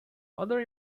other